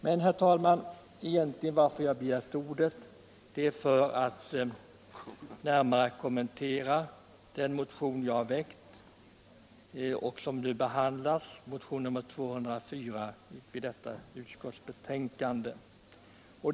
Jag har egentligen begärt ordet för att närmare kommentera den motion som jag har väckt, nr 204, och som nu behandlas i betänkande nr 28.